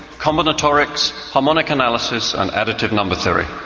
combinatorics, harmonic analysis and additive number theory.